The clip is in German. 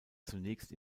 zunächst